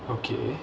okay